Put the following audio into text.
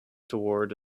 toward